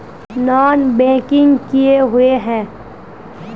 Non banking किए हिये है?